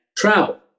travel